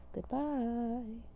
Goodbye